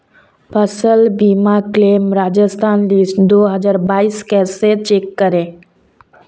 फसल बीमा claim Rajasthan list दो हज़ार बाईस कैसे चेक करें?